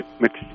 mixed